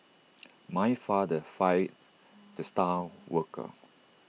my father fired the star worker